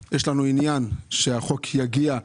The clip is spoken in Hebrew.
50 אלף שקלים 6,654 שקלים חדשים".